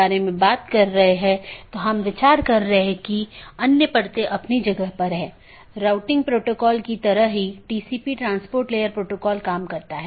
हम बताने की कोशिश कर रहे हैं कि राउटिंग प्रोटोकॉल की एक श्रेणी इंटीरियर गेटवे प्रोटोकॉल है